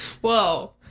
whoa